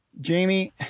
Jamie